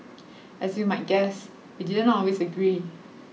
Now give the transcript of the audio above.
as you might guess we didn't always agree